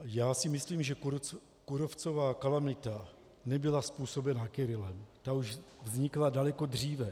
Já si myslím, že kůrovcová kalamita nebyla způsobena Kyrillem, ta už vznikla daleko dříve.